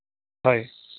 হয়